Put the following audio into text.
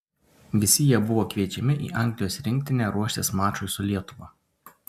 visi jie buvo kviečiami į anglijos rinktinę ruoštis mačui su lietuva